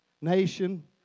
nation